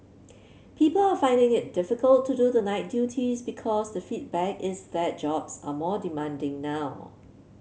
people are finding it difficult to do the night duties because the feedback is that jobs are more demanding now